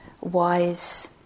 wise